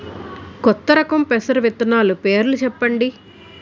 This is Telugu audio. కొత్త రకం పెసర విత్తనాలు పేర్లు చెప్పండి?